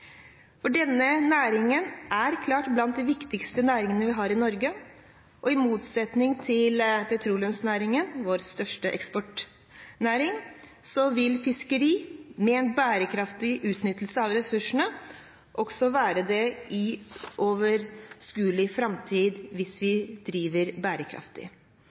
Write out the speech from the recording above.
Denne næringen er klart blant de viktigste næringene vi har i Norge, og i motsetning til petroleumsnæringen, vår største eksportnæring, vil fiskeri med en bærekraftig utnyttelse av ressursene, også være det i overskuelig framtid hvis vi driver bærekraftig.